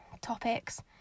topics